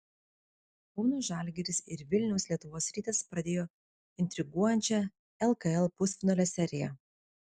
kauno žalgiris ir vilniaus lietuvos rytas pradėjo intriguojančią lkl pusfinalio seriją